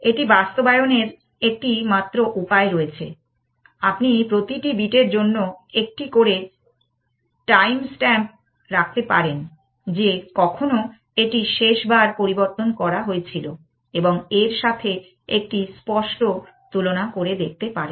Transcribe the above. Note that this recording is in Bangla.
এটি বাস্তবায়নের একটি মাত্র উপায় রয়েছে আপনি প্রতিটি বিটের জন্য একটি করে টাইম স্ট্যাম্প রাখতে পারেন যে কখন এটি শেষবার পরিবর্তন করা হয়েছিল এবং এর সাথে একটি স্পষ্ট তুলনা করে দেখতে পারেন